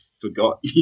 forgot